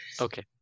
Okay